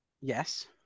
yes